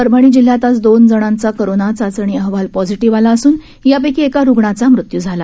परभणी जिल्ह्यात आज दोन जणांचा कोरोना चाचणी अहवाल पॉसिटीव्ह आला असून यापैकी एका रुग्णाचा मृत्यू झाला